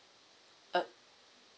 uh